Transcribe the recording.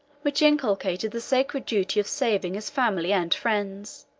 which inculcated the sacred duty of saving his family and friends,